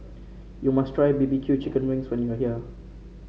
you must try B B Q Chicken Wings when you are here